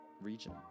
region